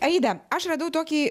aida aš radau tokį